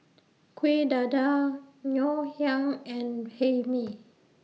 Kueh Dadar Ngoh Hiang and Hae Mee